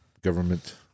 government